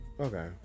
Okay